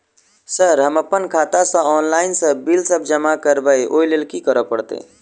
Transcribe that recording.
Sir हम अप्पन खाता सऽ ऑनलाइन सऽ बिल सब जमा करबैई ओई लैल की करऽ परतै?